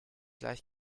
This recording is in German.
gleich